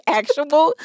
actual